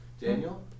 Daniel